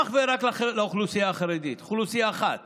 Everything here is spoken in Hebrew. אך ורק לאוכלוסייה החרדית, אוכלוסייה אחת